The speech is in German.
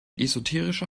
esoterische